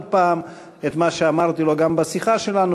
עוד פעם את מה שאמרתי לו גם בשיחה שלנו,